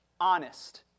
honest